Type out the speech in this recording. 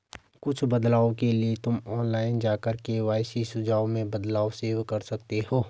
कुछ बदलाव के लिए तुम ऑनलाइन जाकर के.वाई.सी सुझाव में बदलाव सेव कर सकते हो